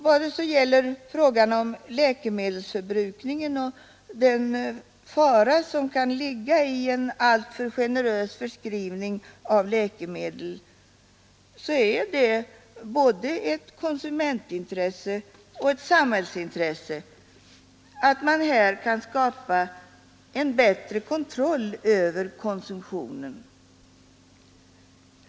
57 Beträffande läkemedelsförbrukningen och den fara som kan ligga i alltför generös förskrivning av läkemedel är det både ett konsumentintresse och ett samhällsintresse att man kan skapa bättre kontroll över konsumtionen.